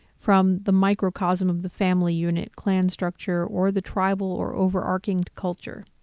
from the microcosm of the family unit, clan structure, or the tribal or overarching culture.